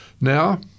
Now